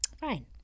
Fine